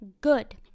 good